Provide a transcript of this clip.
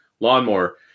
lawnmower